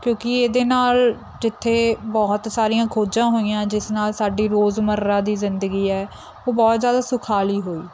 ਕਿਉਂਕਿ ਇਹਦੇ ਨਾਲ ਜਿੱਥੇ ਬਹੁਤ ਸਾਰੀਆਂ ਖੋਜਾਂ ਹੋਈਆਂ ਜਿਸ ਨਾਲ ਸਾਡੀ ਰੋਜ਼ਮਰਾ ਦੀ ਜ਼ਿੰਦਗੀ ਹੈ ਉਹ ਬਹੁਤ ਜਿਆਦਾ ਸੁਖਾਲੀ ਹੋਈ